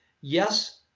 yes